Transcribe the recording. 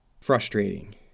frustrating